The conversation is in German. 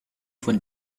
von